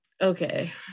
okay